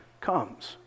comes